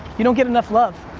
you don't get enough love.